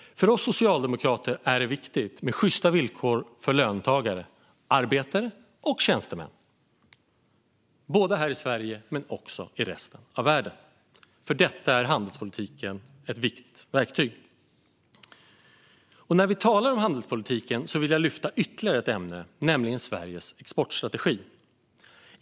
För oss socialdemokrater är det viktigt med sjysta villkor för löntagare, arbetare och tjänstemän, både här i Sverige och i resten av världen. För detta är handelspolitiken ett viktigt verktyg. När vi talar om handelspolitiken vill jag ta upp ytterligare ett ämne, nämligen Sveriges exportstrategi.